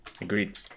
Agreed